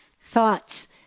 thoughts